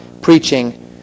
preaching